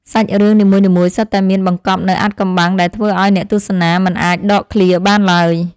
សាច់រឿងនីមួយៗសុទ្ធតែមានបង្កប់នូវអាថ៌កំបាំងដែលធ្វើឱ្យអ្នកទស្សនាមិនអាចដកឃ្លាបានឡើយ។